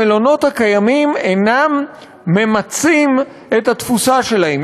המלונות הקיימים אינם ממצים את התפוסה שלהם,